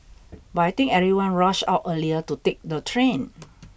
but I think everyone rushed out earlier to take the train